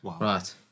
Right